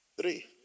Three